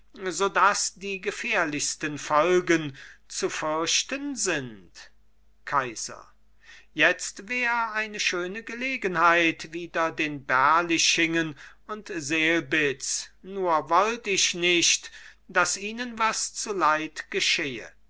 so daß die gefährlichsten folgen zu fürchten sind kaiser jetzt wär eine schöne gelegenheit wider den berlichingen und selbitz nur wollt ich nicht daß ihnen was zuleid geschehe